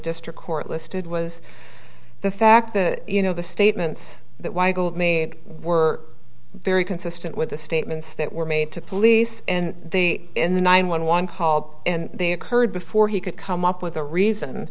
district court listed was the fact that you know the statements that weigel made were very consistent with the statements that were made to police in the in the nine one one call and they occurred before he could come up with a reason